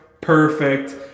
perfect